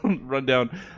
rundown